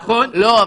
נכון.